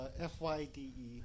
F-Y-D-E